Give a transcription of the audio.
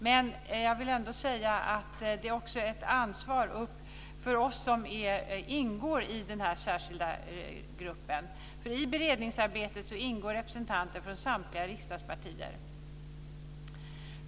Men jag vill ändå säga att detta också är ett ansvar för oss som ingår i den särskilda gruppen. I beredningsarbetet ingår representanter från samtliga riksdagspartier.